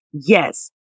yes